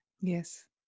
yes